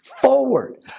forward